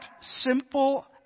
simple